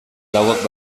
lauak